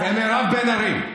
ומירב בן ארי.